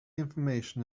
information